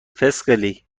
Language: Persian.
فسقلی